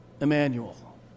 Emmanuel